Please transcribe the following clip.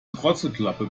drosselklappe